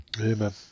Amen